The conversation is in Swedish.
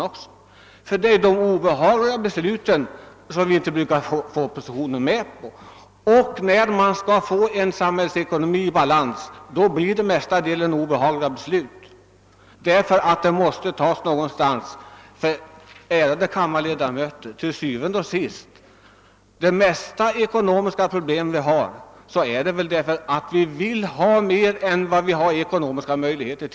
Det är de obehagliga besluten som vi inte brukar få oppositionen med på. När man skall försöka få en samhällsekonomi i balans blir det mestadels fråga om obehagliga beslut eftersom medlen måste tas någonstans och, ärade kammarledamöter, til syvende og sidst är väl vårt största ekonomiska problem att vi vill ha mer än vår ekonomi tillåter.